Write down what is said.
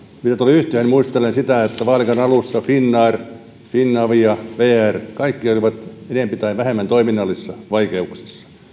yhtiöihin muistelen sitä että vaalikauden alussa finnair finavia vr kaikki olivat enempi tai vähemmän toiminnallisissa vaikeuksissa